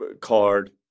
card